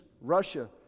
Russia